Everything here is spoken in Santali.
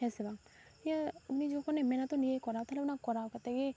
ᱦᱮᱸ ᱥᱮ ᱵᱟᱝ ᱱᱤᱭᱟᱹ ᱩᱱᱤ ᱡᱚᱠᱷᱚᱱᱮ ᱢᱮᱱᱟ ᱛᱚ ᱱᱤᱭᱟᱹ ᱠᱚᱨᱟᱣ ᱛᱟᱦᱚᱞᱮ ᱚᱱᱟ ᱠᱚᱨᱟᱣ ᱠᱟᱛᱮᱫ ᱜᱮ